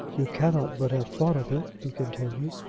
you cannot but have thought of it, he continued.